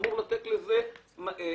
אמורים לתת לזה מענה.